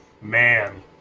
man